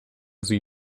sie